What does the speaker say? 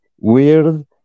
weird